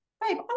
Babe